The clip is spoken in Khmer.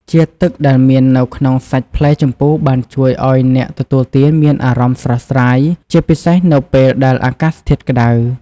ជាតិទឹកដែលមាននៅក្នុងសាច់ផ្លែជម្ពូបានជួយឱ្យអ្នកទទួលទានមានអារម្មណ៍ស្រស់ស្រាយ ជាពិសេសនៅពេលដែលអាកាសធាតុក្ដៅ។